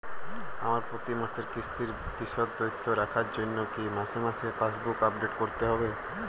আমার প্রতি মাসের কিস্তির বিশদ তথ্য রাখার জন্য কি মাসে মাসে পাসবুক আপডেট করতে হবে?